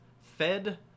fed